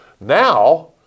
Now